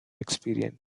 experience